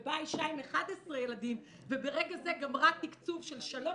ובאה אישה עם 11 ילדים וברגע זה גמרה תקצוב של שלוש